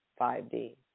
5D